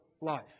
life